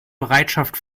bereitschaft